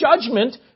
judgment